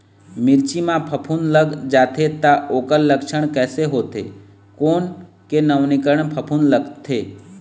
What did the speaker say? मिर्ची मा फफूंद लग जाथे ता ओकर लक्षण कैसे होथे, कोन के नवीनीकरण फफूंद लगथे?